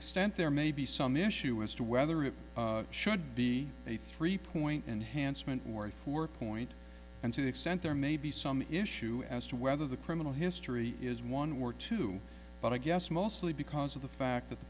extent there may be some issue as to whether it should be a three point enhancement or if work point and to the extent there may be some issue as to whether the criminal history is one word too but i guess mostly because of the fact that the